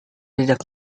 tidak